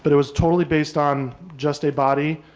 but it was totally based on just a body,